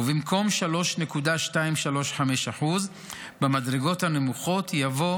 ובמקום 3.235%% במדרגה הנמוכה יבוא